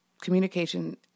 Communication